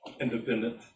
independent